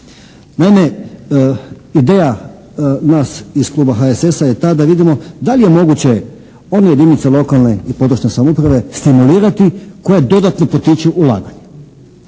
Naime, ideja nas iz kluba HSS-a je ta da vidimo da li je moguće one jedinice lokalne i područne samouprave stimulirati koje dodatno potiču ulaganja.